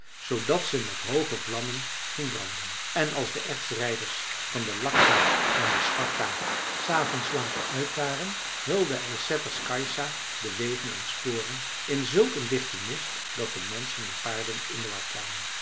zoodat ze met hooge vlammen ging branden en als de ertsrijders van de lax en de svart s avonds laat uit waren hulde ysätters kajsa de wegen en sporen in zulk een dichten mist dat de menschen en paarden in de war kwamen